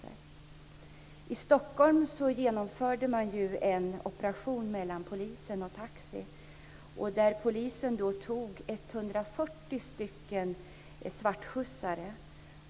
I Stockholm har polisen och taxi genomfört en gemensam operation, där polisen tog 140 svartskjutsare.